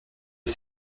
est